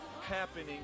happening